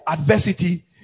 adversity